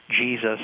Jesus